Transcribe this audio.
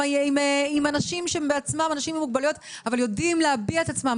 עם אנשים שהם בעצמם אנשים עם מוגבלויות אבל יודעים להביע את עצמם.